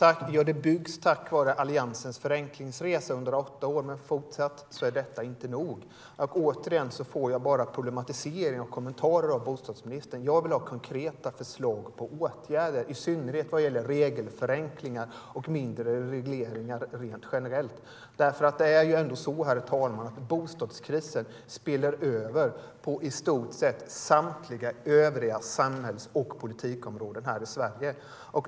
Herr talman! Ja, det byggs tack vare Alliansens förenklingsresa under åtta år, men detta är inte nog. Återigen får jag bara en problematisering och kommentarer av bostadsministern. Jag vill ha konkreta förslag på åtgärder, i synnerhet vad gäller regelförenklingar och minskade regleringar rent generellt. Det är ändå så, herr talman, att bostadskrisen spiller över på i stort sett samtliga övriga samhälls och politikområden i Sverige.